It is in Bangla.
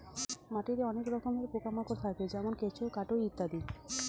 মাটিতে অনেক রকমের পোকা মাকড় থাকে যেমন কেঁচো, কাটুই পোকা ইত্যাদি